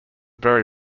very